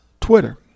Twitter